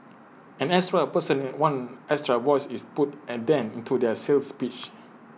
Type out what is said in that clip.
an extra person is one extra voice is put A dent into their sales pitch